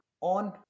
on